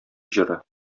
җыры